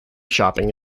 shopping